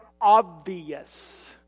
obvious